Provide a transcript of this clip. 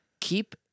Keep